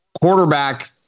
quarterback